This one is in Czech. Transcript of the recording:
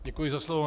Děkuji za slovo.